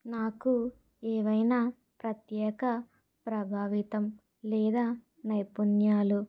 నాకు ఏవైనా ప్రత్యేక ప్రభావితం లేదా నైపుణ్యాలు